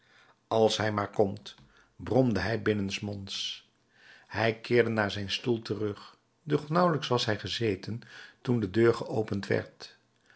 als hij maar komt bromde hij binnensmonds hij keerde naar zijn stoel terug doch nauwelijks was hij gezeten toen de deur geopend werd